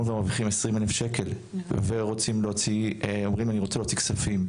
ומרוויחים 20 אלף שקל ואומרים אני רוצה להוציא כספים,